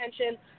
attention